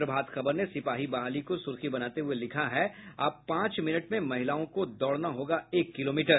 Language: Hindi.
प्रभात खबर ने सिपाही बहाली को सुर्खी बनाते हुए लिखा है अब पांच मिनट में महिलाओं को दौड़ना होगा एक किलोमीटर